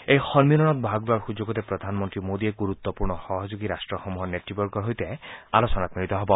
এই সন্মিলনত ভাগ লোৱাৰ সুযোগতে প্ৰধানমন্ত্ৰী মোডীয়ে গুৰুত্বপূৰ্ণ সহযোগী ৰাট্টসমূহৰ নেতৃবৰ্গৰ সৈতে আলোচনাত মিলিত হ'ব